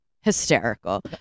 hysterical